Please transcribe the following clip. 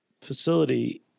facility